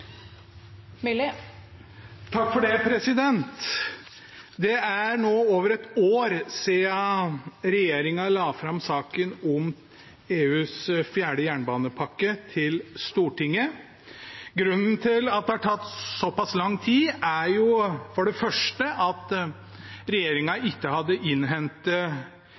nå over ett år siden regjeringen la fram saken om EUs fjerde jernbanepakke for Stortinget. Grunnen til at det har tatt såpass lang tid, er for det første at regjeringen ikke hadde innhentet